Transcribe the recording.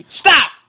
stop